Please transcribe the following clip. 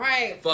Right